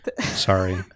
sorry